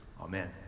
Amen